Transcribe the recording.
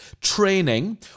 training